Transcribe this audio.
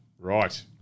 Right